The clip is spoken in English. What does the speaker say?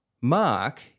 mark